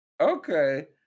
okay